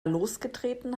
losgetreten